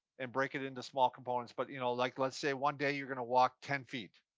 and break it into small components, but you know like let's say one day, you're gonna walk ten feet.